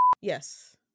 Yes